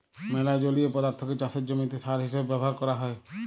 ম্যালা জলীয় পদাথ্থকে চাষের জমিতে সার হিসেবে ব্যাভার ক্যরা হ্যয়